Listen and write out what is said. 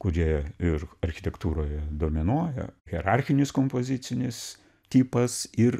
kurie ir architektūroje dominuoja hierarchinis kompozicinis tipas ir